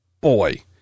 Boy